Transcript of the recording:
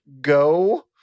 Go